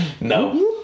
No